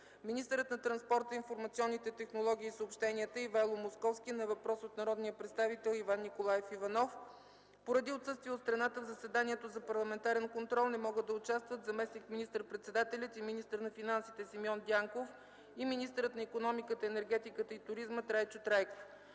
министърът на транспорта, информационните технологии и съобщенията Ивайло Московски – на въпрос от народния представител Иван Николаев Иванов. Поради отсъствие от страната в заседанието за парламентарен контрол не могат да участват заместник министър-председателят и министър на финансите Симеон Дянков и министърът на икономиката, енергетиката и туризма Трайчо Трайков.